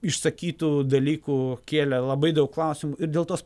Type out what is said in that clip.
išsakytų dalykų kėlė labai daug klausimų ir dėl tos